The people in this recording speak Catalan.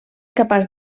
capaç